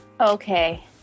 Okay